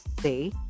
say